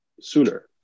sooner